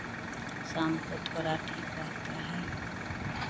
शाम को थोड़ा ठीक रहता है